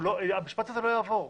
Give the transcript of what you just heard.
המשפט הזה לא יעבור.